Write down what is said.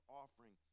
offering